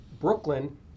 Brooklyn